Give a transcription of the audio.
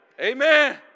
Amen